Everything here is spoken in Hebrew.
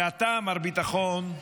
ואתה, מר ביטחון,